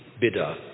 bidder